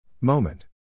Moment